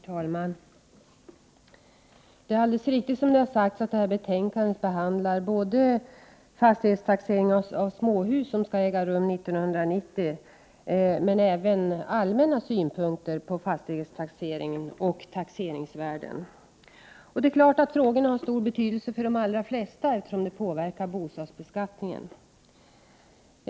Herr talman! Det är alldeles riktigt som det har sagts att såväl den allmänna fastighetstaxeringen av småhus, som skall äga rum 1990, som allmänna synpunkter på fastighetstaxering och taxeringsvärden behandlas i detta betänkande. Det är klart att dessa frågor har stor betydelse för de allra flesta eftersom de påverkar bostadsbeskattningen.